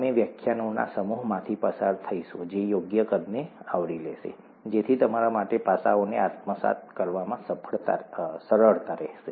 અમે વ્યાખ્યાનોના સમૂહમાંથી પસાર થઈશું જે યોગ્ય કદને આવરી લેશે જેથી તમારા માટે પાસાઓને આત્મસાત કરવામાં સરળતા રહેશે